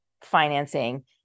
financing